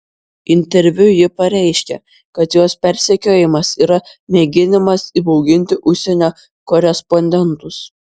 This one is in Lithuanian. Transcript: interviu ji pareiškė kad jos persekiojimas yra mėginimas įbauginti užsienio korespondentus